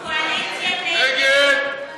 דב,